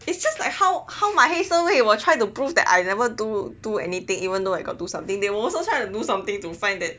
it is just like how how my 黑涩会 will try to prove that I never do do anything even though I got do something they are also trying to do something to find that